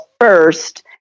first